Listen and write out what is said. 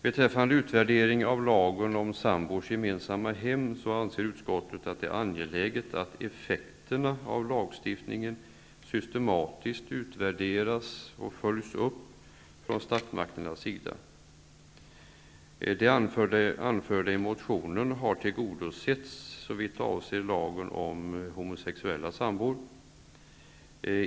Beträffande utvärdering av lagen om sambors gemensamma hem anser utskottet att det är angeläget att effekterna av lagstiftningen systematiskt utvärderas och följs upp från statsmakternas sida. Det som anförs i motionen har tillgodosetts såvitt avser lagen om homosexuella sambor.